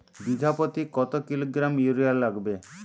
বিঘাপ্রতি কত kilogram urea লাগবে?